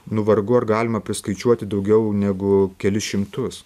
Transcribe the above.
nu vargu ar galima priskaičiuoti daugiau negu kelis šimtus